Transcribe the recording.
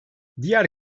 diğer